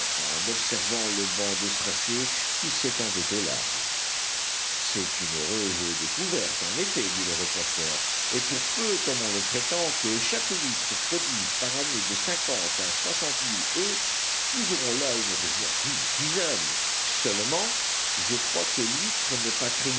en observant le banc d'ostracées qui s'étendait au large c'est une heureuse découverte en effet dit le reporter et pour peu comme on le prétend que chaque huître produise par année de cinquante à soixante